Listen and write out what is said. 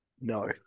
No